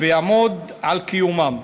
ויעמוד על קיומן.